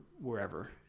wherever